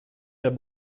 der